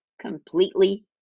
Completely